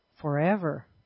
forever